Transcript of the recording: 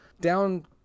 down